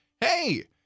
hey